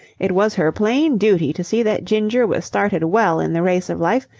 it was her plain duty to see that ginger was started well in the race of life,